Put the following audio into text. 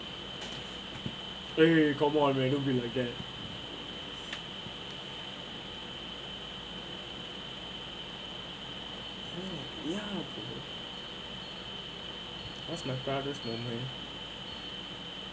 !hey! come on man don't be like that ya what's my proudest moment